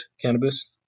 cannabis